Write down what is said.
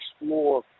explore